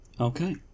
okay